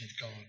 God